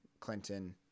Clinton